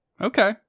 Okay